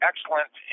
Excellent